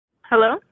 Hello